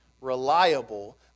reliable